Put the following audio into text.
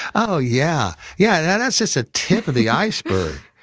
oh yeah. yeah yeah. that's just a tip of the iceberg.